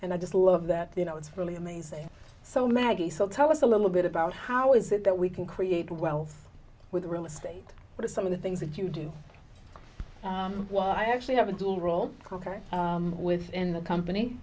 and i just love that you know it's really amazing so maggie so tell us a little bit about how is it that we can create wealth with real estate what are some of the things that you do well i actually have a dual role card within the company